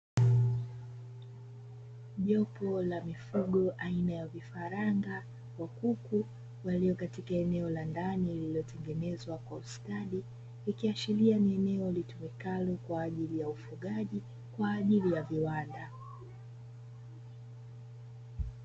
Jopo la mifugo aina ya vifaranga wa kuku walio katika eneo la ndani lililotengenezwa kwa ustadi, ikiashiria ni eneo litumikalo kwa ajili ya ufugaji kwa ajili ya viwanda.